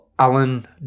Alan